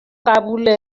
قبول